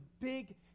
big